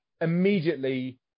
immediately